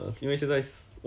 err